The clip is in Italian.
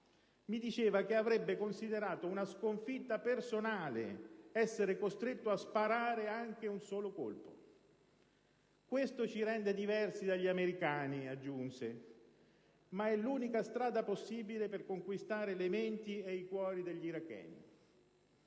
mi diceva che avrebbe considerato una sconfitta personale essere costretto a sparare anche un solo colpo. Questo ci rende diversi dagli americani, aggiunse, ma è l'unica strada possibile per conquistare le menti e i cuori degli iracheni.